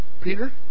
Peter